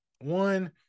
one